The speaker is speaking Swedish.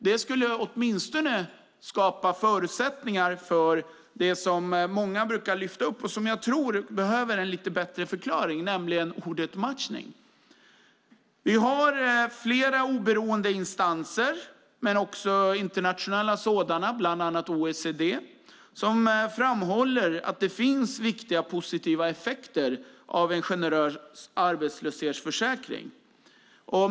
Det skulle åtminstone skapa förutsättningar för det som många brukar lyfta fram och som jag tror behöver en lite bättre förklaring, nämligen ordet matchning. Vi har flera oberoende instanser - även internationella sådana, bland annat OECD - som framhåller att det finns viktiga och positiva effekter av en generös arbetslöshetsförsäkring.